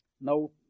No